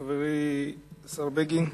תודה, חברי השר בגין,